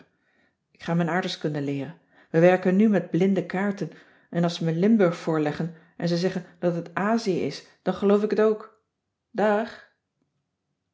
k ga mijn aardrijkskunde leeren we werken nu met blinde kaarten en als ze me limburg voorleggen en ze zeggen dat het azië is dan geloof ik het ook dààg